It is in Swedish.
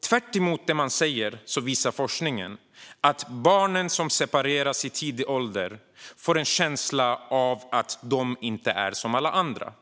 Tvärtemot det man säger visar forskningen att de barn som separeras i tidig ålder får en känsla av att de inte är som alla andra.